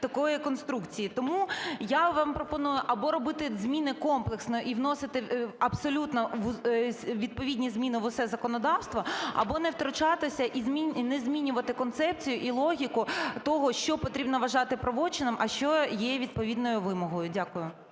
такої конструкції. Тому я вам пропоную або робити зміни комплексно і вносити абсолютно відповідні зміни у все законодавство, або не втручатися і не змінювати концепцію і логіку того, що потрібно вважати правочином, а що є відповідною вимогою. Дякую.